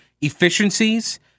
efficiencies